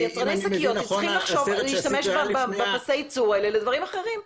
יצרני השקיות צריכים לחשוב להשתמש בפסי הייצור האלה לדברים אחרים.